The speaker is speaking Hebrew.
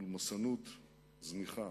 פולמסנות זניחה,